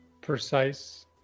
precise